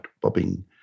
bobbing